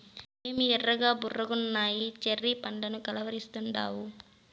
ఏమి ఎర్రగా బుర్రగున్నయ్యి చెర్రీ పండ్లని కలవరిస్తాండావు